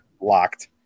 locked